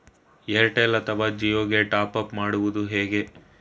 Airtel ಅಥವಾ ಜಿಯೊ ಗೆ top up ಮಾಡುವುದು ಹೇಗೆ?